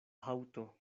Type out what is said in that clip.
haŭto